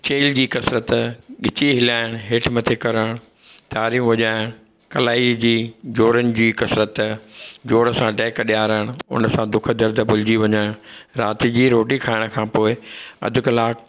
खेल जी कसरत ॻिची हिलाइण हेठि मथे करणु ताड़ियूं वॼाइणु कलाई जी जोड़नि जी कसरत जोर सां टहक ॾियारणु हुनसां दुख दर्द भुलिजी वञणु राति जी रोटी खाइण खां पोइ अधु कलाकु